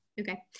Okay